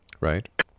right